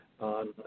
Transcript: on